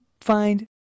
find